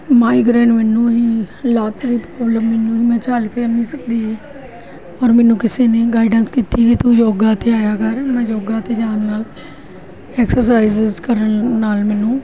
migraine ਮੈਨੂੰ ਹੀ ਲੱਕ ਦੀ ਪ੍ਰੋਬਲਮ ਮੈਨੂੰ ਹੀ ਮੈਂ ਚੱਲ ਫਿਰ ਨਹੀਂ ਸਕਦੀ ਹੀ ਔਰ ਮੈਨੂੰ ਕਿਸੇ ਨੇ ਗਾਈਡੈਂਸ ਕੀਤੀ ਤੂੰ ਯੋਗਾ 'ਤੇ ਆਇਆ ਕਰ ਮੈਂ ਯੋਗਾ 'ਤੇ ਜਾਣ ਨਾਲ ਐਕਸਸਾਈਜ਼ ਕਰਨ ਨਾਲ ਮੈਨੂੰ